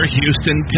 Houston